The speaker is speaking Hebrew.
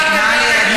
ואף אחד פה לא עלץ.